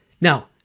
Now